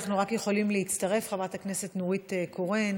אנחנו רק יכולים להצטרף, חברת הכנסת נורית קורן.